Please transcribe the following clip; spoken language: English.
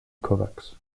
kovacs